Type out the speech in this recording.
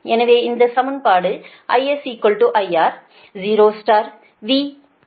எனவே இந்த சமன்பாடு IS IR 0 VR 1 IR